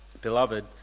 Beloved